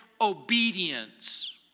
obedience